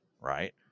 Right